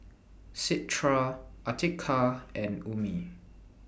Citra Atiqah and Ummi